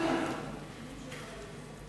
מענק, זה נשמע כאילו נותנים להם איזו מתנה.